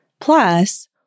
Plus